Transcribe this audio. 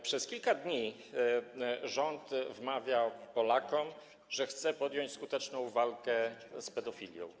Przez kilka dni rząd wmawia Polakom, że chce podjąć skuteczną walkę z pedofilią.